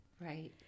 Right